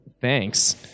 Thanks